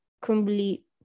crumbly